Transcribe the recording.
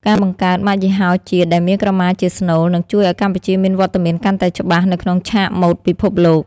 ការបង្កើត ម៉ាកយីហោជាតិ ដែលមានក្រមាជាស្នូល នឹងជួយឲ្យកម្ពុជាមានវត្តមានកាន់តែច្បាស់នៅក្នុងឆាកម៉ូដពិភពលោក។